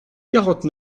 quarante